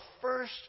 first